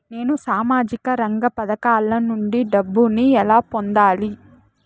నేను సామాజిక రంగ పథకాల నుండి డబ్బుని ఎలా పొందాలి?